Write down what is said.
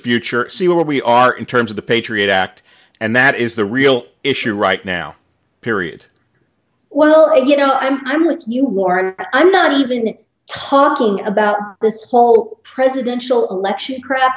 future see where we are in terms of the patriot act and that is the real issue right now period well you know i'm i'm with you war i'm not even talking about this whole presidential election crap